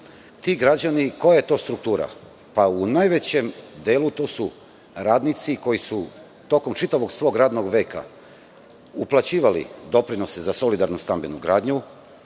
Ti građani, koja je to struktura? U najvećem delu to su radnici koji su tokom čitavog svog radnog veka uplaćivali doprinose za solidarnu stambenu gradnju